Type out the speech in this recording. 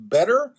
better